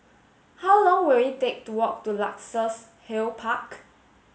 how long will it take to walk to Luxus Hill Park